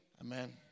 Amen